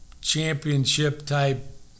championship-type